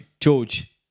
George